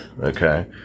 okay